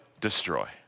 destroy